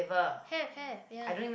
have have ya